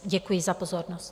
Děkuji za pozornost.